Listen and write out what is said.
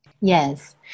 Yes